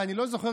ואני לא זוכר,